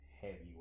heavyweight